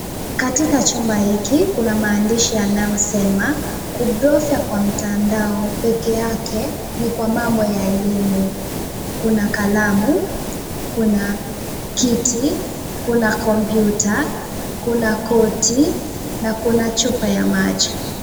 Katika chumba hiki kuna maandishi yanayosema, kubofya kwa mtandao pekee yake ni kwa mambo ya elimu. Kuna kalamu, kuna kiti, kuna kompyuta , kuna koti na kuna chupa ya maji.